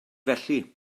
felly